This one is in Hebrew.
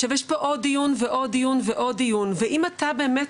עכשיו יש פה עוד דיון ועוד דיון ועוד דיון ואם אתה באמת